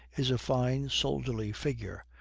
is a fine soldierly figure.